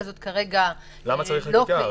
למה צריך חקיקה?